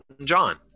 john